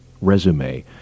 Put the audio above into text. resume